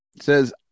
says